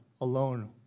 alone